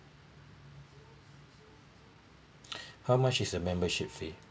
how much is a membership fee